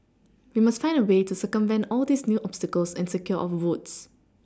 we must find a way to circumvent all these new obstacles and secure our votes